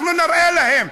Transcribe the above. אנחנו נראה להם.